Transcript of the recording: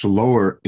lower